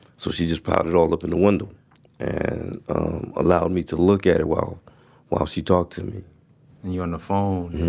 so, she just piled it all up in the window and allowed me to look at it while while she talked to me and you're on the phone?